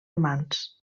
romans